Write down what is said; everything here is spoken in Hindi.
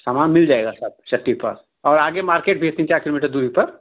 सामान मिल जायेगा चट्टी पर और आगे मार्केट भी है तीन चार किलोमीटर की दूरी पर